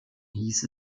hieß